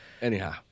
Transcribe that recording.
Anyhow